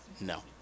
no